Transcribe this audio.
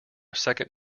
second